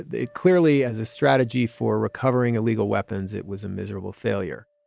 they clearly as a strategy for recovering illegal weapons, it was a miserable failure